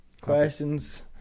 Questions